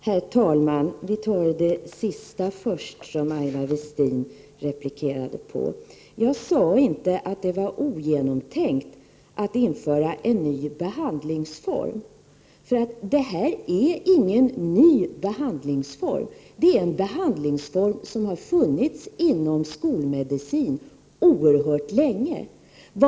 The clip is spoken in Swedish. Herr talman! Av det som Aina Westin replikerade på tar jag det sista först. Jag sade inte att det var ogenomtänkt att införa en ny behandlingsform. Det här är ingen ny behandlingsform, utan en behandlingsform som har funnits inom skolmedicinen oerhört länge.